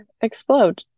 explode